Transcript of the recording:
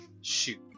shoot